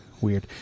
weird